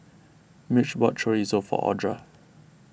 Mitch bought Chorizo for Audra